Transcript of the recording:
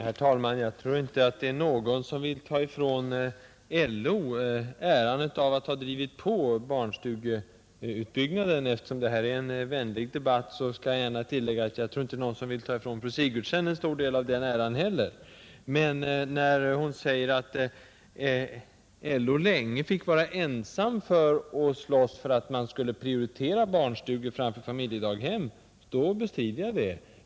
Herr talman! Jag tror inte att någon vill ta ifrån LO äran av att ha drivit på utbyggnaden av barnstugorna, och eftersom detta är en vänlig debatt kan jag gärna tillägga att jag inte heller tror att någon vill ta ifrån fru Sigurdsen en stor del av den äran, Men när fru Sigurdsen säger att LO ensam har fått slåss länge för att prioritera barnstugorna framför familjedaghemmen, så betvivlar jag det.